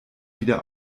wieder